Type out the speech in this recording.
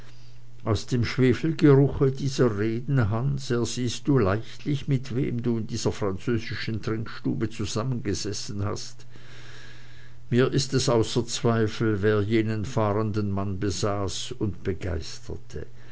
aus dem schwefelgeruche dieser reden hans ersiehest du leichtlich mit wem du in dieser französischen trinkstube zusammengesessen hast mir ist es außer zweifel wer jenen fahrenden mann besaß und begeisterte